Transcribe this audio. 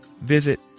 visit